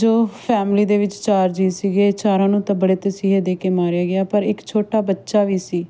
ਜੋ ਫੈਮਿਲੀ ਦੇ ਵਿੱਚ ਚਾਰ ਜੀਅ ਸੀਗੇ ਚਾਰਾਂ ਨੂੰ ਤਾਂ ਬੜੇ ਤਸੀਹੇ ਦੇ ਕੇ ਮਾਰਿਆ ਗਿਆ ਪਰ ਇੱਕ ਛੋਟਾ ਬੱਚਾ ਵੀ ਸੀ